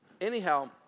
anyhow